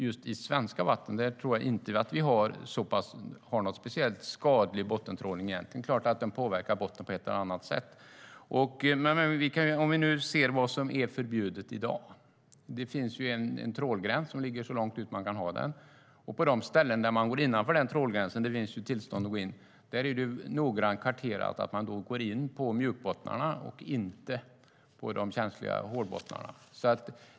Just i svenska vatten tror jag egentligen inte att vi har någon speciellt skadlig bottentrålning, men det är klart att den påverkar botten på ett eller annat sätt. Om vi nu ser till vad som är förbjudet i dag finns det en trålgräns som ligger så långt ut man kan ha den. På de ställen där man går innanför trålgränsen - det finns tillstånd att gå in - är det noggrant karterat att man går in på mjukbottnarna och inte på de känsliga hårdbottnarna.